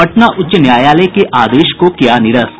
पटना उच्च न्यायालय के आदेश को किया निरस्त